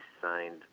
signed